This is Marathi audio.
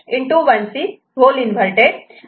G1'